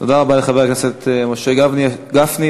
תודה רבה לחבר הכנסת משה גפני.